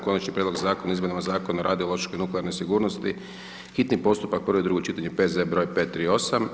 Konačni prijedlog Zakona o izmjenama Zakona o radiološkoj i nuklearnoj sigurnosti, hitni postupak, prvo i drugo čitanje, P.Z. br. 538.